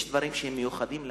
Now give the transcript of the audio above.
יש דברים שהם מיוחדים לנשים,